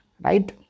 right